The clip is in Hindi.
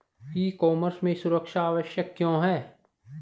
ई कॉमर्स में सुरक्षा आवश्यक क्यों है?